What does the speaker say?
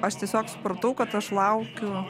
aš tiesiog supratau kad aš laukiu